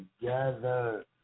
together